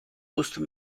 musste